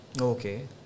Okay